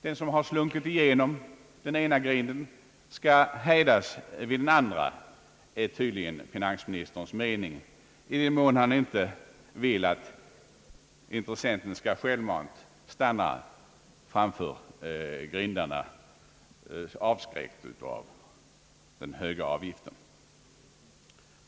Den som har slunkit igenom den ena grinden skall hejdas vid den andra, är tydligen finansministerns mening, i den mån han inte vill att intressenten självmant skall stanna framför grindarna, förskräckt av den höga avgiften.